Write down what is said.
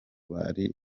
bari